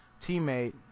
teammate